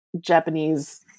Japanese